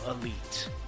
elite